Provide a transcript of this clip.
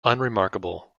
unremarkable